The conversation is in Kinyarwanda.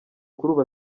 ubu